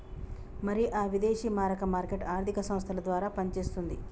మరి ఆ విదేశీ మారక మార్కెట్ ఆర్థిక సంస్థల ద్వారా పనిచేస్తుంది